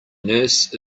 nurse